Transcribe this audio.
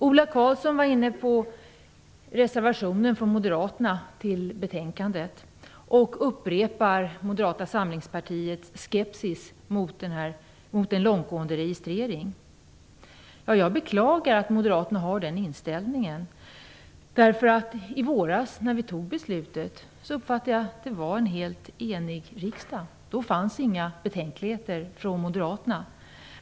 Ola Karlsson var inne på reservationen från moderaterna till betänkandet och upprepade moderaternas skepsis mot en långtgående registrering. Jag beklagar att moderaterna har den inställningen. I våras när vi fattade beslutet uppfattade jag att det var en helt enig riksdag. Då fanns inga betänkligheter från moderaterna.